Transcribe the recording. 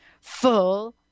Full